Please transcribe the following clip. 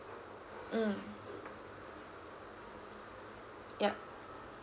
mm yup